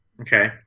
Okay